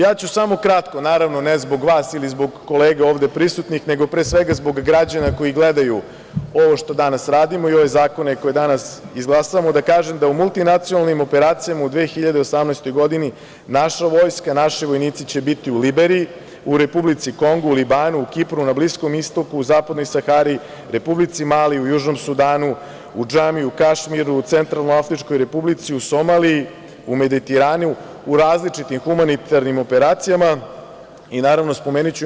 Ja ću samo kratko, naravno ne zbog vas ili zbog kolega ovde prisutnih, nego pre svega zbog građana koji gledaju ovo što danas radimo i ove zakone koje danas izglasamo, da kažem da u multinacionalnim operacijama u 2018. godini, naša vojska, naši vojnici će biti u Liberiji, u Republici Kongu, Libanu, Kipru, na bliskom Istoku, u zapadnoj Sahari, Republici Mali, u Južnom Sudanu, u DŽami, u Kašmiru, u Centralnoafričkoj Republici, u Somaliji, u različitim humanitarnim operacijama i naravno spomenuću MUP.